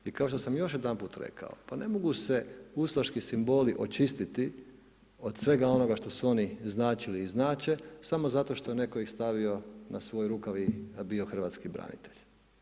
I kao što sam još jedanput rekao, pa ne mogu se ustaški simboli očistiti od svega onoga što su oni značili i znače, samo zato što ih je netko stavio na svoj rukav i bio hrvatski branitelj.